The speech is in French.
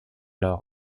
lords